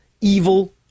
evil